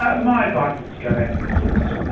ah my advice is to go back to the source,